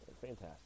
fantastic